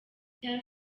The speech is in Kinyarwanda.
tel